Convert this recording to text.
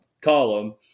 column